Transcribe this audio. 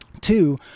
Two